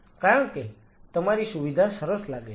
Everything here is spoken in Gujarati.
કારણ કે તમારી સુવિધા સરસ લાગે છે